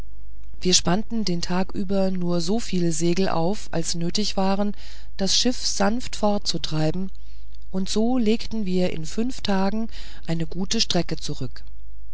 wir spannten den tag über nur so viele segel auf als nötig waren das schiff sanft fortzutreiben und so legten wir in fünf tagen eine gute strecke zurück